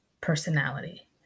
personality